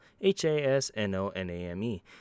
h-a-s-n-o-n-a-m-e